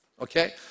okay